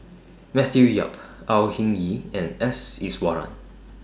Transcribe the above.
Matthew Yap Au Hing Yee and S Iswaran